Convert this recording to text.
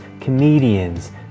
comedians